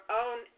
own